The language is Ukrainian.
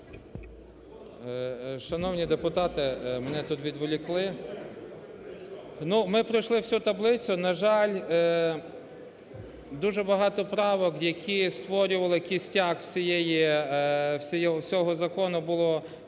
Шановні депутати, мене тут відволікли. Ну ми пройшли всю таблицю. На жаль, дуже багато правок, які створювали кістяк всієї… всього закону, було відхилено.